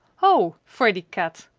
ho! fraidy cat!